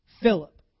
Philip